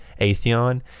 Atheon